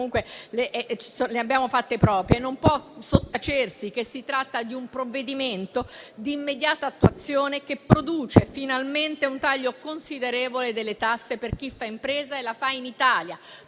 comunque le abbiamo fatte proprie - non può sottacersi che si tratta di un provvedimento di immediata attuazione, che produce finalmente un taglio considerevole delle tasse per chi fa impresa e la fa in Italia,